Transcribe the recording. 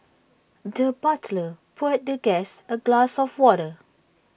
the butler poured the guest A glass of water